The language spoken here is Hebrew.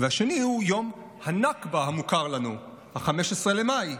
והשני הוא יום הנכבה המוכר לנו, ב-15 במאי,